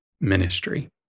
ministry